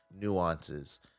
nuances